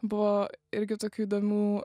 buvo irgi tokių įdomių